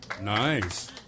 Nice